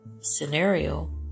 scenario